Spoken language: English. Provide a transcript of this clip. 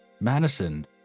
Madison